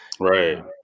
Right